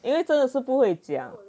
因为真的是不会讲